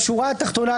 בשורה התחתונה,